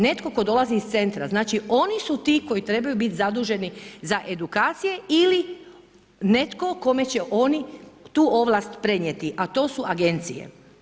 Netko tko dolazi iz centra, znači oni su ti koji trebaju biti zaduženi za edukacije ili netko kome će oni tu ovlast prenijeti, a to su agencije.